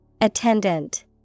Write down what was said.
Attendant